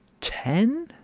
ten